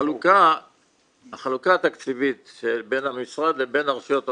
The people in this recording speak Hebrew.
החלוקה התקציבית בין המשרד לבין הרשויות המקומיות,